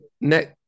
next